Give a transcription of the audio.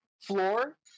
floor